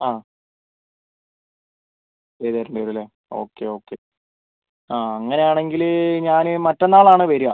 ആ ചെയ്ത് തരേണ്ടി വരും അല്ലേ ഓക്കെ ഓക്കെ ആ അങ്ങനെ ആണെങ്കിൽ ഞാൻ മറ്റന്നാളാണ് വരിക